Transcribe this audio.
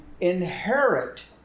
inherit